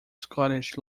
scottish